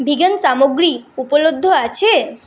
vegan সামগ্রী উপলব্ধ আছে